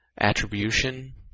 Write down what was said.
attribution